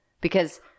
because-